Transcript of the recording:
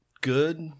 good